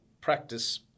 practice